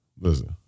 Listen